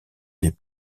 des